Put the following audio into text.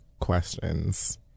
questions